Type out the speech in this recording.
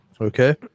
Okay